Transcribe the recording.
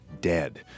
dead